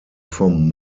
vom